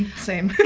same!